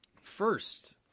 first